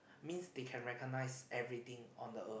means they can recognise everything on the earth